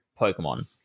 Pokemon